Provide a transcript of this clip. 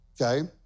okay